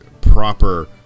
proper